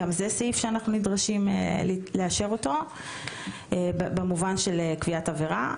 גם זה סעיף שאנחנו נדרשים לאשר מכיוון שזאת קביעת עבירה.